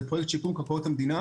זה פרויקט שיקום קרקעות המדינה.